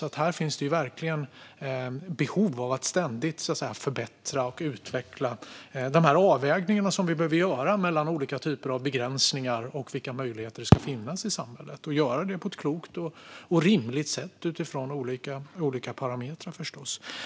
Det finns verkligen behov av att ständigt förbättra och utveckla de avvägningar vi behöver göra mellan olika typer av begränsningar och möjligheter som ska finnas i samhället. Det ska man göra på ett klokt och rimligt sätt, förstås utifrån olika parametrar.